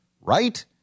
Right